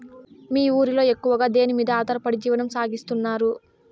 మీ ఊరిలో ఎక్కువగా దేనిమీద ఆధారపడి జీవనం సాగిస్తున్నారు?